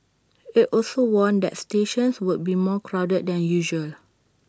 IT also warned that stations would be more crowded than usual